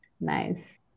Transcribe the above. Nice